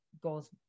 goes